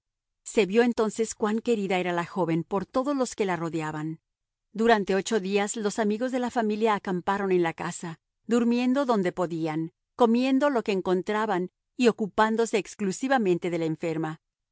se vio entonces cuán querida era la joven por todos los que le rodeaban durante ocho días los amigos de la familia acamparon en la casa durmiendo donde podían comiendo lo que encontraban y ocupándose exclusivamente de la enferma